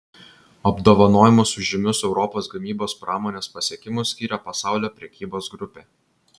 apdovanojimus už žymius europos gamybos pramonės pasiekimus skiria pasaulio prekybos grupė